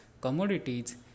commodities